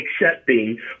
accepting